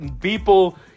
people